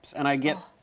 and i get